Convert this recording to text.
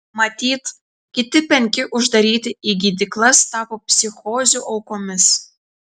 matyt kiti penki uždaryti į gydyklas tapo psichozių aukomis